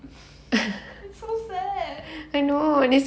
that's so sad